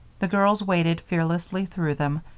the girls waded fearlessly through them,